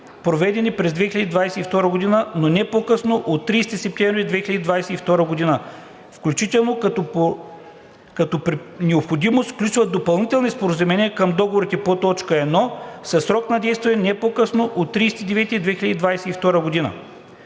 проведени през 2022 г., но не по-късно от 30 септември 2022 г. включително, като при необходимост сключва допълнителни споразумения към договорите по т. 1 със срок на действие не по късно от 30